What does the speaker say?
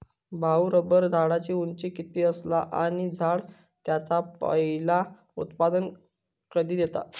भाऊ, रबर झाडाची उंची किती असता? आणि झाड त्याचा पयला उत्पादन कधी देता?